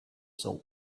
salt